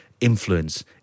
influence